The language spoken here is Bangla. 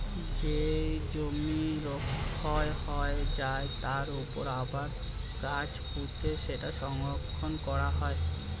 যেই জমি ক্ষয় হয়ে যায়, তার উপর আবার গাছ পুঁতে সেটা সংরক্ষণ করা হয়